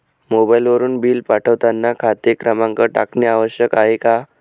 मोबाईलवरून बिल पाठवताना खाते क्रमांक टाकणे आवश्यक आहे का?